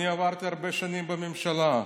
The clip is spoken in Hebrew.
אני עברתי הרבה שנים בממשלה.